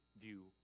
view